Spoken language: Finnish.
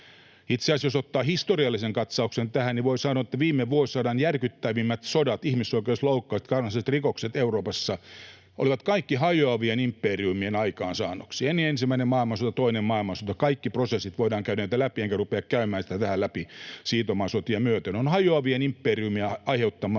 Itse asiassa, jos ottaa historiallisen katsauksen tähän, voi sanoa, että viime vuosisadan järkyttävimmät sodat, ihmisoikeusloukkaukset, kansainväliset rikokset Euroopassa olivat kaikki hajoavien imperiumien aikaansaannoksia: ensimmäinen maailmansota, toinen maailmansota — kaikki prosessit voidaan käydä läpi, enkä rupea käymään niitä läpi — kaikki siirtomaasotia myöten ovat hajoavien imperiumien aiheuttamaa